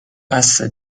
بسه